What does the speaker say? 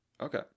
Okay